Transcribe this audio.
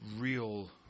real